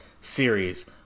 series